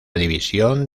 división